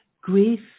grief